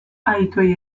adituei